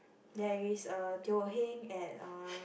there is a Teo-Heng at uh